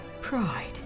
Pride